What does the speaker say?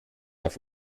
auf